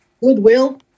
goodwill